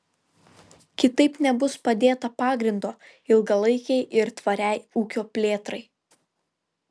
kitaip nebus padėta pagrindo ilgalaikei ir tvariai ūkio plėtrai